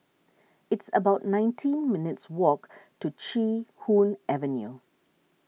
it's about nineteen minutes' walk to Chee Hoon Avenue